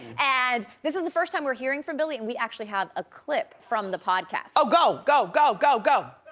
and this is the first time we're hearing from billy and we actually have a clip from the podcast. oh, go, go, go, go, go.